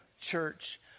church